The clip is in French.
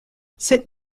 cette